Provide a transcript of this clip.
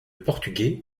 portugais